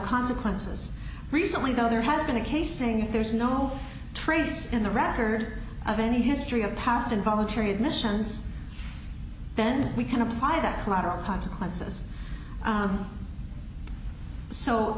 consequences recently though there has been a case saying there is no trace in the record of any history of past involuntary admissions then we can apply that collateral consequences